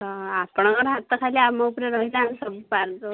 ହଁ ଆପଣଙ୍କର ହାତ ଖାଲି ଆମ ଉପରେ ରହିଲେ ଆମେ ସବୁ ପାର ଦଉ